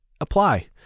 apply